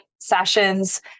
sessions